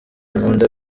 nkunda